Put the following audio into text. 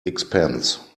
expense